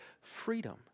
freedom